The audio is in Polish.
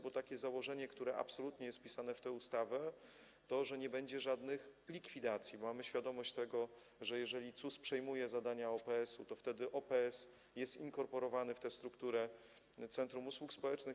Jest takie założenie, które absolutnie jest wpisane w tę ustawę, że nie będzie żadnych likwidacji, bo mamy świadomość tego, że jeżeli CUS przejmuje zadania OPS-u, to wtedy OPS jest inkorporowany w strukturę centrum usług społecznych.